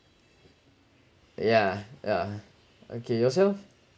yeah yeah okay yourself